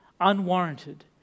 unwarranted